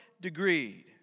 degree